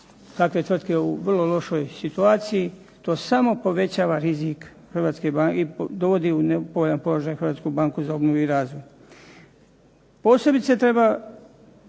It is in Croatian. takve tvrtke u vrlo lošoj situaciji, to samo povećava rizik i dovodi u nepovoljan položaj Hrvatsku banku za obnovu i razvoj. Posebice treba